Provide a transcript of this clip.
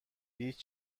هیچ